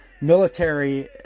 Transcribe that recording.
military